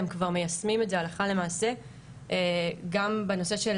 הם כבר מיישמים את זה הלכה למעשה גם בנושא של